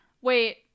Wait